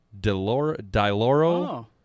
Diloro